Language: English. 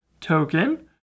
token